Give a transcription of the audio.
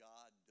God